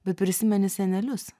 bet prisimeni senelius